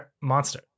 Monster